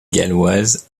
galloise